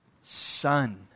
son